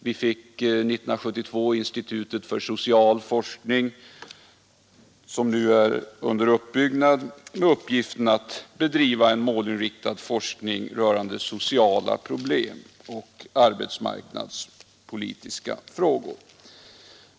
Vi fick 1972 institutet för social forskning, som nu är under uppbyggnad, med uppgift att bedriva en målinriktad forskning rörande sociala problem och arbetsmarknadspolitiska frågor.